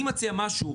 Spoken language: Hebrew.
אני מציע משהו,